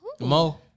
Mo